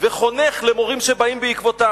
וחונך למורים שבאים בעקבותיו.